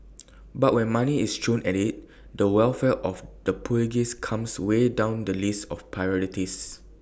but when money is thrown at IT the welfare of the pugilists comes way down the list of priorities